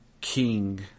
king